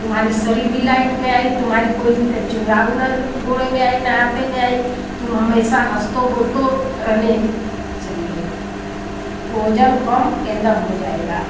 तुम्हारी शरीर भी लाइट में आई तुम्हारी कोई गोड़े में आई न हाँथे में आई तुम हमेशा हँसते बोलते रहने चलिए ओजन कम एकदम हो जाएगा